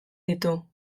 ditu